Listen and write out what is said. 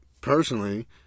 personally